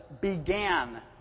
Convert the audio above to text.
began